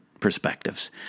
perspectives